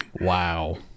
Wow